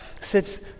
Sits